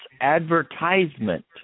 advertisement